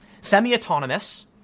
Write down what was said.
semi-autonomous